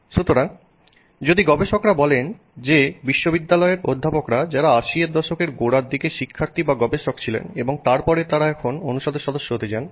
সুতরাং যদি গবেষকরা বলেন যে বিশ্ববিদ্যালয়ের অধ্যাপকরা যারা 80 এর দশকের গোড়ার দিকে শিক্ষার্থী বা গবেষক ছিলেন এবং তারপরে তারা এখন অনুষদের সদস্য হতে যান